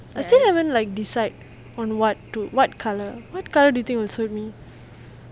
I still haven't like decide on what to what colour what colour do you think will suit me